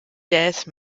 death